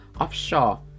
offshore